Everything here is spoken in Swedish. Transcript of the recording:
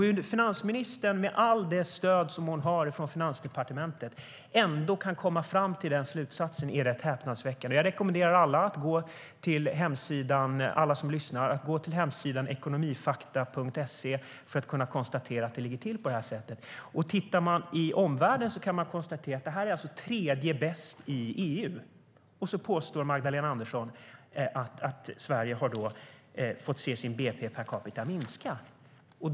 Att finansministern med allt stöd som hon har från Finansdepartementet ändå kan komma fram till den slutsatsen är häpnadsväckande. Jag rekommenderar alla som lyssnar på debatten att gå till hemsidan ekonomifakta.se för att kunna konstatera att det ligger till på det sättet. Och om man jämför med omvärlden kan man konstatera att det är tredje bäst i EU. Men Magdalena Andersson påstår att Sveriges bnp per capita har minskat.